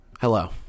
Hello